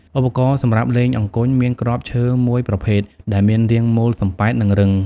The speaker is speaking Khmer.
ឧបករណ៍សម្រាប់លេងអង្គញ់ មានគ្រាប់ឈើមួយប្រភេទដែលមានរាងមូលសំប៉ែត និងរឹង ។